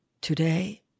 Today